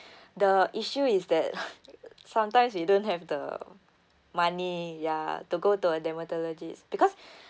the issue is that sometimes you don't have the money ya to go to a dermatologist because